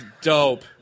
dope